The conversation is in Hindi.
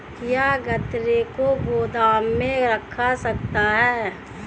क्या गन्ने को गोदाम में रख सकते हैं?